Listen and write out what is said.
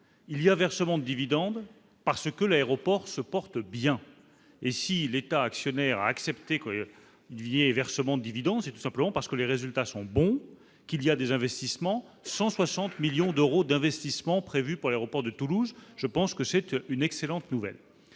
y a eu versement de dividendes, c'est parce que l'aéroport se porte bien. Si l'État actionnaire a accepté ce versement, c'est tout simplement parce que les résultats sont bons et qu'il y a des investissements- 160 millions d'euros d'investissements prévus pour l'aéroport de Toulouse, c'est une excellente nouvelle